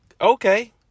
Okay